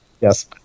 Yes